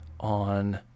On